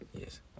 Yes